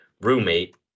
roommate